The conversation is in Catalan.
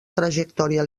trajectòria